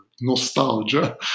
nostalgia